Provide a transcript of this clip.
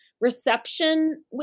reception